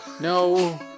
No